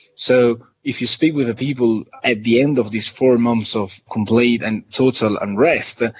so if you speak with the people at the end of this four months of complete and total unrest,